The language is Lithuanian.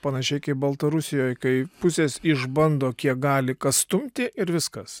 panašiai kaip baltarusijoj kai pusės išbando kiek gali kas stumti ir viskas